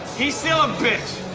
he's still a bitch.